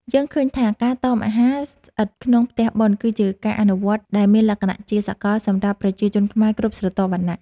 យើងឃើញថាការតមអាហារស្អិតក្នុងផ្ទះបុណ្យ គឺជាការអនុវត្តដែលមានលក្ខណៈជាសកលសម្រាប់ប្រជាជនខ្មែរគ្រប់ស្រទាប់វណ្ណៈ។